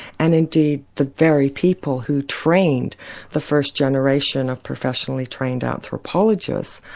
and indeed the very people who trained the first generation of professionally trained anthropologists,